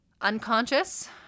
unconscious